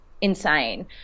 insane